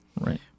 right